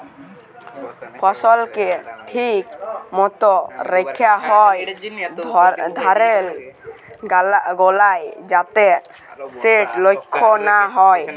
ফসলকে ঠিক মত রাখ্যা হ্যয় ধালের গলায় যাতে সেট লষ্ট লা হ্যয়